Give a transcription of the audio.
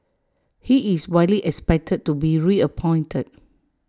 he is widely expected to be reappointed